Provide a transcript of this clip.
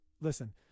listen